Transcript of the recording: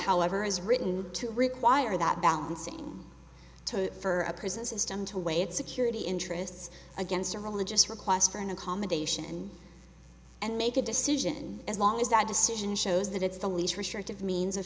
however is written to require that balancing to for a prison system to weigh its security interests against a religious request for an accommodation and make a decision as long as that decision shows that it's the least restrictive means